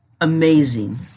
amazing